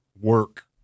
work